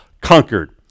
conquered